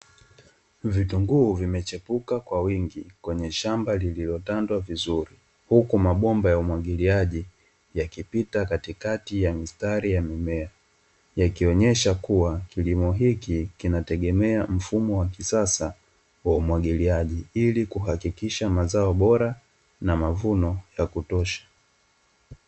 Vitunguu vimechepuka kwa wingi kwenye shamba lililotandwa vizuri, huku mabomba ya umwagiliaji yakipita katikati ya mstari ya mimea, yakionyesha kuwa kilimo hiki kina tegemea mfumo wa kisasa wa unwagiliaji ili kuhakikisha mazao bora na mavuno ya kutosha.